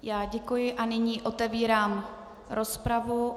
Já děkuji a nyní otevírám rozpravu.